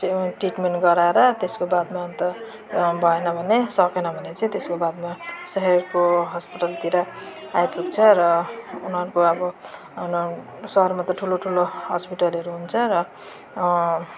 चैँचाहिँ treatment गराएर त्यसको बादमा अन्त भएन भने सकेन भने चाहिँ त्यसको बादमा सहरको हस्पिटलतिर आइपुग्छ र उनीहरूको अब सहरमा त ठुलो ठुलो हस्पिटलहरू हुन्छ र